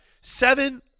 seven